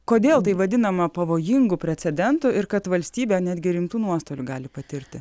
kodėl tai vadinama pavojingu precedentu ir kad valstybė netgi rimtų nuostolių gali patirti